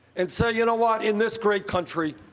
and say, you know what, in this great country,